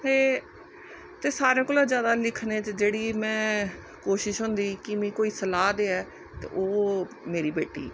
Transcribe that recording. ते सारे कोला जैदा लिखने च जेह्ड़ी कोशि्श होंदी मिगी कोई सलाह् देऐ ते ओह् ऐ मेरी बेटी